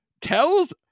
tells